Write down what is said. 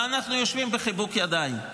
ואנחנו יושבים בחיבוק ידיים.